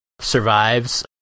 survives